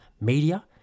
media